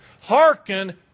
Hearken